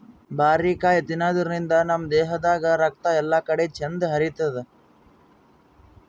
ಬಾರಿಕಾಯಿ ತಿನಾದ್ರಿನ್ದ ನಮ್ ದೇಹದಾಗ್ ರಕ್ತ ಎಲ್ಲಾಕಡಿ ಚಂದ್ ಹರಿತದ್